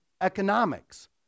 economics